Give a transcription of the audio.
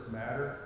matter